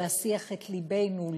להשיח את לבנו,